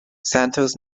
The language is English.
santos